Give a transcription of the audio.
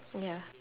ya